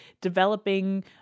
developing